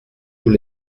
tous